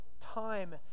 time